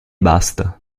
basta